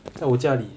在我家里